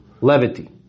levity